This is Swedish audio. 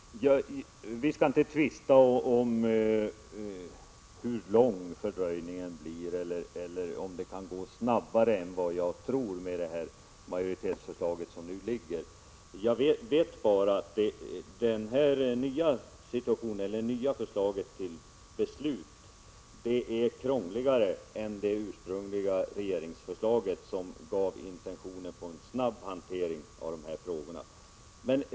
Herr talman! Vi skall inte tvista om hur lång fördröjningen blir eller om det kan gå snabbare än jag tror med det majoritetsförslag som nu föreligger. Jag vet bara att det nya förslaget till beslut är krångligare än det ursprungliga regeringsförslaget, där man hade intentioner om en snabb hantering av de här frågorna.